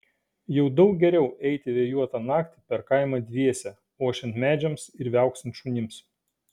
jau daug geriau eiti vėjuotą naktį per kaimą dviese ošiant medžiams ir viauksint šunims